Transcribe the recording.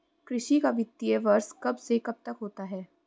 कृषि का वित्तीय वर्ष कब से कब तक होता है?